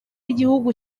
igihugu